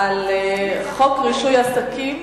על חוק רישוי עסקים